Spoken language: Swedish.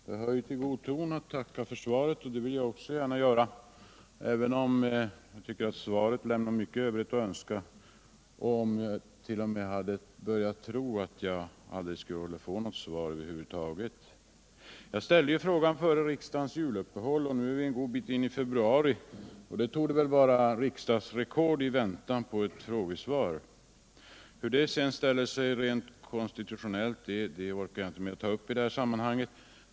Herr talman! Det hör ju till god ton att tacka för svaret, och det vill jag också gärna göra, även om jag tycker att svaret lämnar mycket övrigt att önska och jag t.o.m. hade börjat tro att jag aldrig skulle få något svar över huvud taget. Jag ställde frågan före riksdagens juluppehåll, och nu är vi en god bit in i februari. Det torde väl vara riksdagsrekord i väntan på ett frågesvar. Hur detta ställer sig rent konstitutionellt orkar jag inte ta upp i det här sammanhanget.